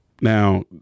Now